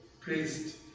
priest